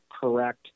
correct